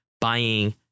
buying